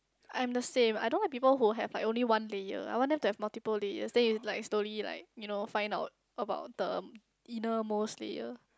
I'm the same I don't like people who have like only one layer I want them to have multiple layers then you like slowly like you know find out about the inner most layer